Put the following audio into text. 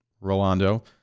Rolando